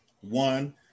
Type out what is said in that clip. one